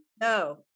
No